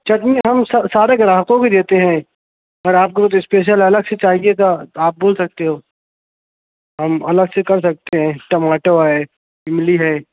چٹنی ہم سارے گراہکوں کو دیتے ہیں اور آپ کو تو اسپیشل الگ سے چاہیے تھا آپ بول سکتے ہو ہم الگ سے کر سکتے ہیں ٹماٹو ہے اِملی ہے